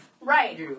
Right